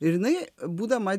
ir jinai būdama